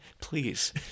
Please